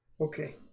Okay